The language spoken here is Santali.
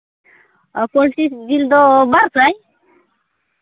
ᱯᱳᱞᱴᱨᱤ ᱡᱤᱞ ᱫᱚ ᱵᱟᱨ ᱥᱟᱭ